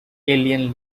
alien